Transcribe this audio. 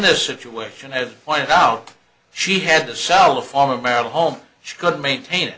this situation as pointed out she had to sell a form of marital home she could maintain it